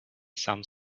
some